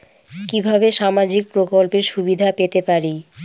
কিভাবে সামাজিক প্রকল্পের সুবিধা পেতে পারি?